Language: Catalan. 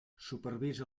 supervisa